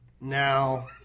Now